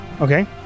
Okay